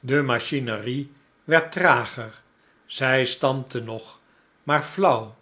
de machinerie werd trager zij stampte nog maar flauw